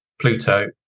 Pluto